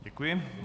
Děkuji.